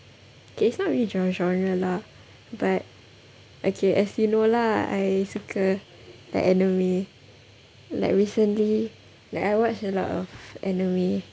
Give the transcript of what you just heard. okay it's not really gen~ genre lah but okay as you know lah I suka like anime like recently like I watch a lot of anime